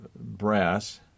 brass